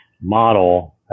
model